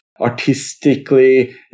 artistically